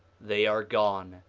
they are gone,